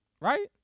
Right